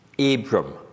Abram